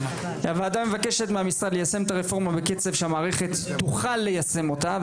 הוועדה מבקשת מהמשרד ליישם את הרפורמה בקצב שהמערכת תוכל ליישם אותה.